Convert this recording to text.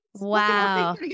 wow